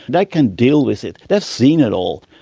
they can deal with it. they've seen it all.